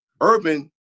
urban